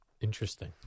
Interesting